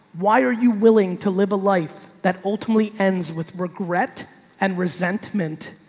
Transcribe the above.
why are you willing to live a life that ultimately ends with regret and resentment?